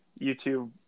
YouTube